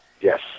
yes